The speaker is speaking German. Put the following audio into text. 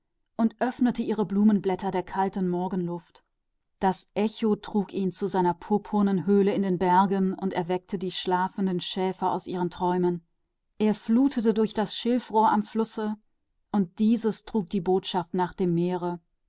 und öffnete ihre blätter dem kühlen morgenwind das echo trug es in seine purpurhöhle in den bergen und weckte die schlafenden schäfer aus ihren träumen es schwebte über das schilf am fluß und der trug die botschaft dem meere